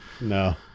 No